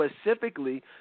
specifically